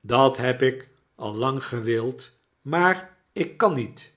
dat heb ik al lang gewild maar ik kan niet